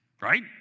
right